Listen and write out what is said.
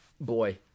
boy